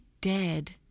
dead